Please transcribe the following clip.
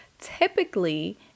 typically